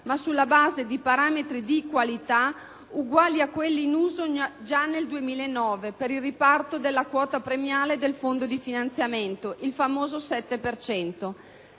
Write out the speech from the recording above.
ma sulla base di parametri di qualità uguali a quelli in uso già nel 2009 per il riparto della quota premiale del fondo di finanziamento (il famoso 7